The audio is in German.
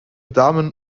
damen